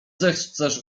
zechcesz